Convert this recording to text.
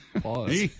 Pause